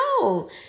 no